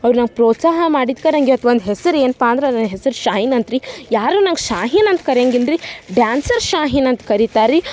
ಅವ್ರು ನಂಗೆ ಪ್ರೋತ್ಸಾಹ ಮಾಡಿದ್ಕೆ ನಂಗೆ ಇವತ್ತು ಒಂದು ಹೆಸ್ರು ಏನಪ್ಪಾ ಅಂದ್ರೆ ಹೆಸ್ರು ಶಾಹಿನ್ ಅಂತ ರಿ ಯಾರೂ ನಂಗೆ ಶಾಹಿನ್ ಅಂತ ಕರಿಯಂಗಿಲ್ಲ ರಿ ಡ್ಯಾನ್ಸರ್ ಶಾಹಿನ್ ಅಂತ ಕರಿತಾರೆ ರೀ